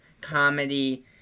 comedy